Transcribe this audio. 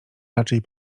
raczej